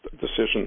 decision